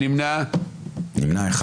2 נמנעים.